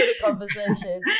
conversation